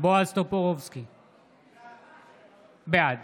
בעד